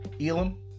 Elam